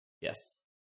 Yes